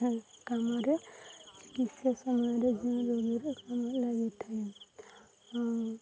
କାମରେ ଚିକିତ୍ସା ସମୟରେ ଯେଉଁ ଦୋଗର କାମ ଲାଗିଥାଏ ଆ